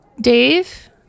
Dave